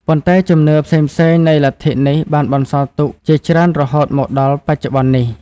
ប៉ុន្តែជំនឿផ្សេងៗនៃលទ្ធិនេះបានបន្សល់ទុកជាច្រើនរហូតមកដល់បច្ចុប្បន្ននេះ។